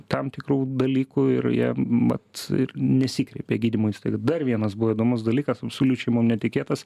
tam tikrų dalykų ir jie vat ir nesikreipia į gydymo įstaigą dar vienas buvo įdomus dalykas absoliučiai mum netikėtas